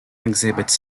exhibits